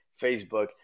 Facebook